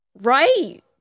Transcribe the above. right